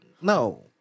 No